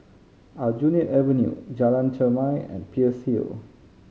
Aljunied Avenue Jalan Chermai and Peirce Hill